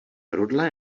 rudla